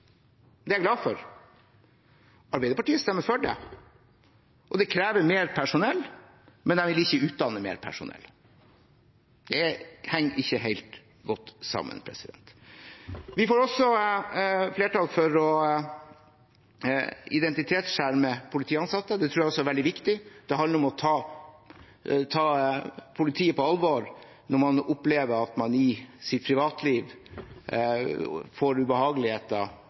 det er jeg glad for. Arbeiderpartiet stemmer for det, og det krever mer personell, men de vil ikke utdanne mer personell. Det henger ikke helt godt sammen. Vi får også flertall for å identitetsskjerme politiansatte, og det tror jeg er veldig viktig. Det handler om å ta politiet på alvor når man opplever at man i sitt privatliv får ubehageligheter